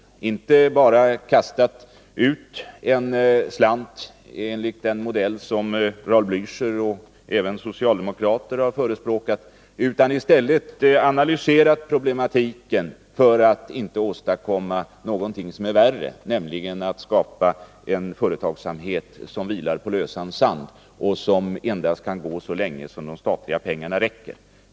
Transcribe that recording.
Den har inte bara kastat ut en slant enligt den modell som Raul Blächer och även socialdemokrater har förespråkat utan analyserat problematiken, för att inte förvärra situationen genom att skapa en företagsamhet som vilar på lösan sand och som endast kan fortsätta så länge som de statliga pengarna räcker.